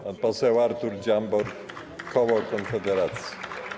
Pan poseł Artur Dziambor, koło Konfederacji.